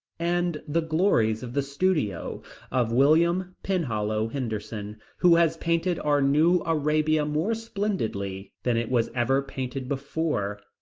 and the glories of the studio of william penhallow henderson, who has painted our new arabia more splendidly than it was ever painted before,